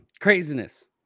craziness